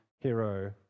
hero